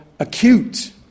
acute